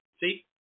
see